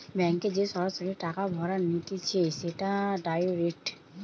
ব্যাংকে যে সরাসরি টাকা ভরা হতিছে সেটা ডাইরেক্ট